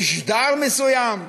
משדר מסוים,